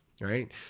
right